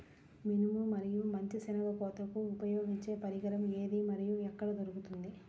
మినుము మరియు మంచి శెనగ కోతకు ఉపయోగించే పరికరం ఏది మరియు ఎక్కడ దొరుకుతుంది?